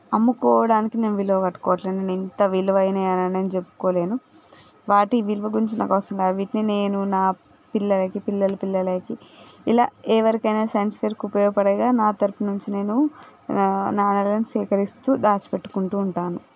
అమ్ముకోవడానికి నేను విలువ కట్టుకోవట్లేదు నేను ఇంత విలువైనవని చెప్పుకోలేను వాటి విలువ గురించి నాకవసరం లేదు వీటిని నేను నా పిల్లలకి పిల్లల పిల్లలకి ఇలా ఎవరికైనా సైన్స్ ఫెయిర్కు ఉపయోగపడేలా నా తరపున నుంచి నేను నాణాలను సేకరిస్తూ దాచిపెట్టుకుంటూ ఉంటాను